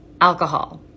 alcohol